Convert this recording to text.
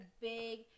big